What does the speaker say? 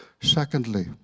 secondly